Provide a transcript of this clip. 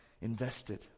invested